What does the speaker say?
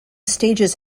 stages